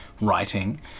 writing